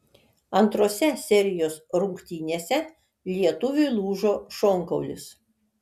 antrose serijos rungtynėse lietuviui lūžo šonkaulis